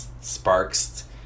sparks